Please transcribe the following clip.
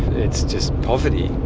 it's just poverty.